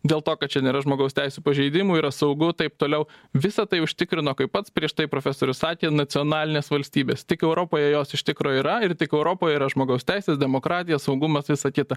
dėl to kad čia nėra žmogaus teisių pažeidimų yra saugu taip toliau visa tai užtikrino kaip pats prieš tai profesorius sakė nacionalinės valstybės tik europoje jos iš tikro yra ir tik europoje yra žmogaus teisės demokratija saugumas visa kita